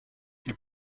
ils